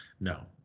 No